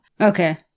Okay